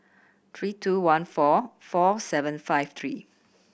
three two one four four seven five three